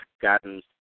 gotten